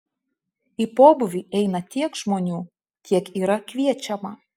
į pobūvį eina tiek žmonių kiek yra kviečiama